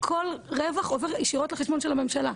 כל רווח עובר ישירות לחשבון של הממשלה.